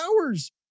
hours